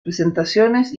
presentaciones